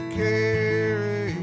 carry